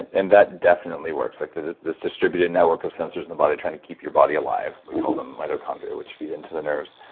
and that definitely works. like there's distributed network of sensors in the body trying to keep your body alive, we call them mitochondria which feed into the nerves,